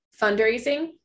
fundraising